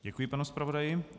Děkuji panu zpravodaji.